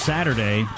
Saturday